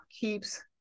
keeps